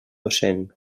docent